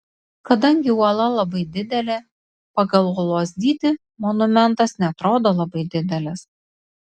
kadangi uola labai didelė pagal uolos dydį monumentas neatrodo labai didelis